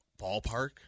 ballpark